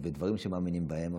בדברים שמאמינים בהם,